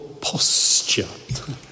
posture